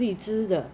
I thought 现在